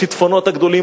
בשיטפונות הגדולים,